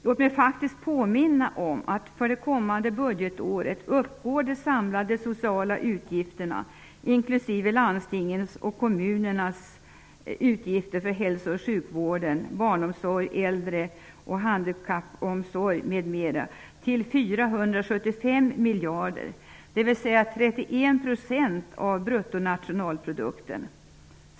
Låt mig påminna om att de samlade sociala utgifterna inklusive landstingens och kommunernas utgifter för hälso och sjukvården, barnomsorgen, äldre och handikappomsorgen m.m. uppgår till till 31 % av bruttonationalprodukten.